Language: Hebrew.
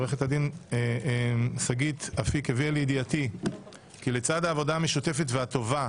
עו"ד שגית אפיק הביאה לידיעתי כי לצד העבודה המשותפת והטובה